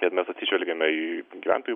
ir mes atsižvelgiame į gyventojų